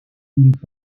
ils